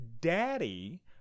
Daddy